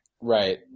right